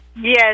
Yes